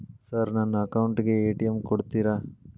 Sir ನನ್ನ account ಗೆ ATM ಕೊಡುತ್ತೇರಾ?